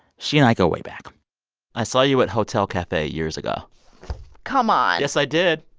she and i go way back i saw you at hotel cafe years ago come on yes, i did.